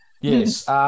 Yes